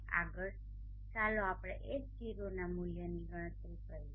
આગળ ચાલો આપણે Hoના મુલ્યની ગણતરી કરીએ